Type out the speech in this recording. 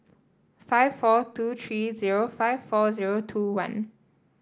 five four two three zero five four zero two one